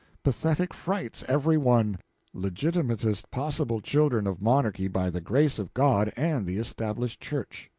pathetic frights, every one legitimatest possible children of monarchy by the grace of god and the established church.